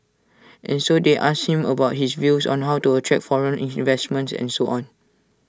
and so they asked him about his views on how to attract foreign investments and so on